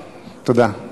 תודה.